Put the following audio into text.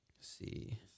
see